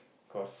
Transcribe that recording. cause